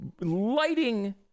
lighting